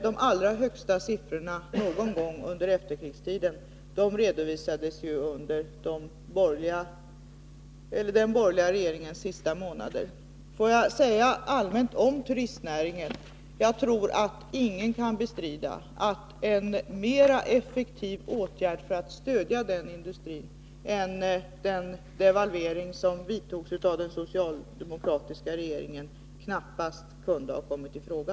De allra högsta siffrorna någon gång under efterkrigstiden redovisades under den borgerliga regeringens sista månader. Allmänt om turistnäringen vill jag säga att ingen kan väl bestrida att en mera effektiv åtgärd för att stödja den industrin än den devalvering som genomfördes av den socialdemokratiska regeringen knappast kunde ha kommit i fråga.